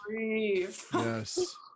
Yes